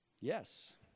Yes